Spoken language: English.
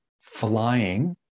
flying